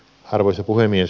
arvoisa puhemies